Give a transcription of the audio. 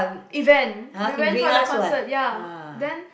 event we went for the concert ya then